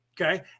Okay